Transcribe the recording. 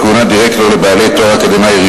חברי חברי הכנסת,